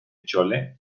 chole